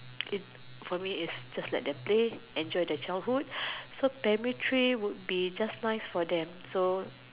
it's for me it's just let them play enjoy the childhood so primary three will be just nice for them